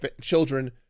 children